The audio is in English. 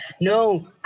no